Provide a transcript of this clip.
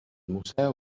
museo